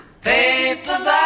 Paperback